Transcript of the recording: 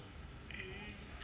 hmm